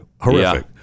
Horrific